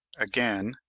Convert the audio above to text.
again,